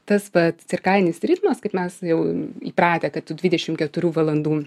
tas pats cirkadinis ritmas kaip mes jau įpratę kad tų dvidešim keturių valandų